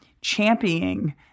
championing